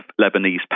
Lebanese